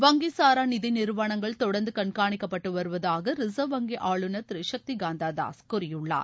வங்கி சாரா நிதிநிறுவனங்கள் தொடர்ந்து கண்காணிக்கப்பட்டு வருவதாக ரிசர்வ் வங்கி ஆளுநர் திரு சக்திகாந்த தாஸ் கூறியிள்ளாளர்